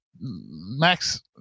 Max